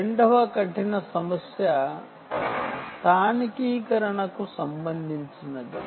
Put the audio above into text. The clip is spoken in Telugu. రెండవ కఠిన సమస్య స్థానికీకరణ localization కు సంబంధించినది